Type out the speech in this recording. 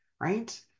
right